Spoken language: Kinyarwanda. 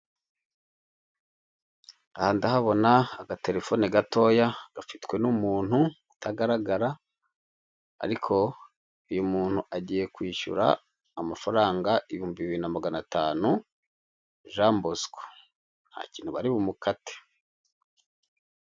Aha ndahabona agaterefone gatoya gafitwe n'umuntu utagaragara, ariko uyu muntu agiye kwishyura amafaranga ibihumbi bibiri na magana tanu ja bosiko, nta kintu bari bumukare.